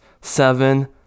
seven